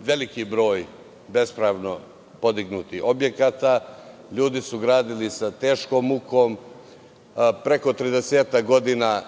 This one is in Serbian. veliki broj bespravno podignutih objekata, ljudi su gradili sa teškom mukom. Preko 30-ak godina